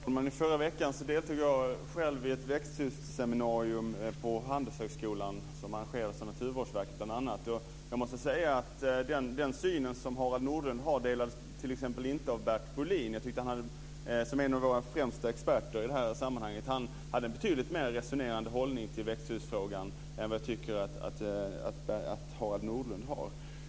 Fru talman! I förra veckan deltog jag i ett växthusseminarium på Handelshögskolan som arrangerades av bl.a. Naturvårdsverket. Den syn som Harald Nordlund har delades t.ex. inte av Bert Bolin, som är en av våra främsta experter i det här sammanhanget. Han hade en betydligt mer resonerande hållning till växthusfrågan än vad jag tycker att Harald Nordlund har.